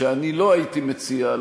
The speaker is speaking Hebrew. שאני לא הייתי מציע,